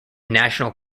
national